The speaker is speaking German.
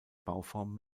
bauform